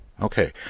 Okay